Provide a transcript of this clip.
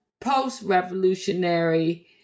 post-revolutionary